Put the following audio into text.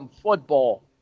football